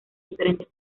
diferentes